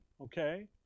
okay